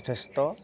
যথেষ্ট